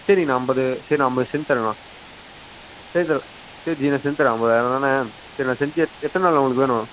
சரி நான் ஐம்பது சரி நான் ஐம்பது செஞ்சு தரேன் நான் சரி சரி நான் செஞ்சு தரேன் ஐம்பதாயர் ரூபா தானே சரி நான் செஞ்சு எத்தனை நாளில் உங்களுக்கு வேணும்